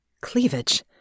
cleavage